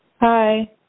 Hi